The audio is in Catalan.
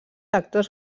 actors